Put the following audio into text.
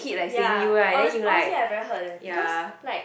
ya honest honestly I really hurt leh because like